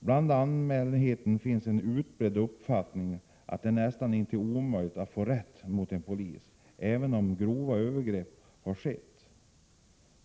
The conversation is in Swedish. Bland allmänheten finns en utbredd uppfattning att det är näst intill omöjligt att få rätt mot en polis, även om grova övergrepp har skett.